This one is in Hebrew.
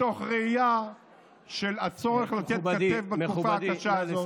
מתוך ראייה של הצורך לתת כתף בתקופה הקשה הזאת.